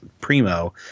primo